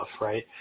right